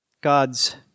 God's